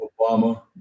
obama